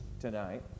tonight